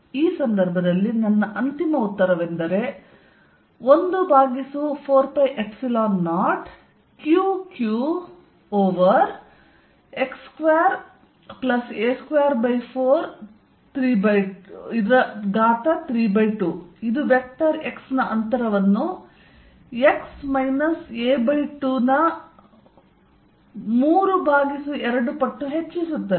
ಆದ್ದರಿಂದ ಈ ಸಂದರ್ಭದಲ್ಲಿ ನನ್ನ ಅಂತಿಮ ಉತ್ತರವೆಂದರೆ 1 over 4πε0 Qq over over x2a2432 ಇದು ವೆಕ್ಟರ್ x ನ ಅಂತರವನ್ನು x a2 ನ 32 ಪಟ್ಟು ಹೆಚ್ಚಿಸುತ್ತದೆ